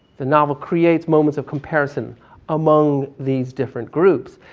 the novel creates moments of comparison among these different groups.